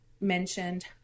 mentioned